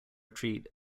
retreat